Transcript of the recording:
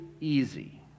easy